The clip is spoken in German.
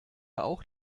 auch